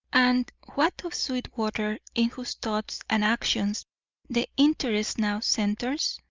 and what of sweetwater, in whose thoughts and actions the interest now centres?